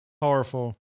Powerful